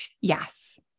Yes